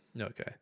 Okay